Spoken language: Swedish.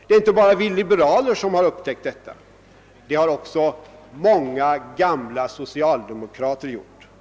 Det är inte bara vi liberaler som har upptäckt detta; det har också många gamla socialdemokrater gjort.